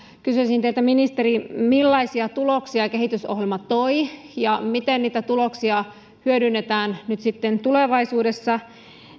kysyisin teiltä ministeri millaisia tuloksia kehitysohjelma toi ja miten tuloksia hyödynnetään tulevaisuudessa